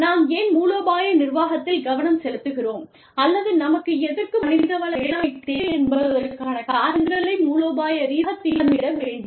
நாம் ஏன் மூலோபாய நிர்வாகத்தில் கவனம் செலுத்துகிறோம் அல்லது நமக்கு எதற்கு மனித வள மேலாண்மை தேவை என்பதற்கான காரணங்களை மூலோபாய ரீதியாகத் திட்டமிட வேண்டும்